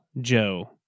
Joe